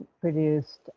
produced